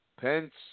Pence